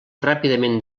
ràpidament